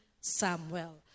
Samuel